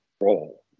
role